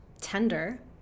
tender